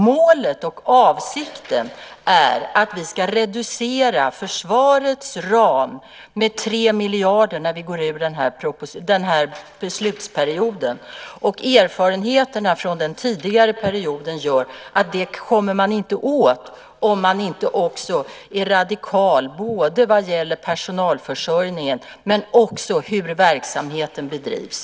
Målet och avsikten är att vi ska reducera försvarets ram med 3 miljarder efter den här beslutsperioden. Erfarenheterna från den tidigare perioden gör att det inte är möjligt om man inte är radikal när det gäller både personalförsörjningen och hur verksamheten bedrivs.